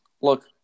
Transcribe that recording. Look